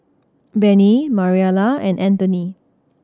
Bennie Mariela and Antony